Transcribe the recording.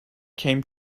came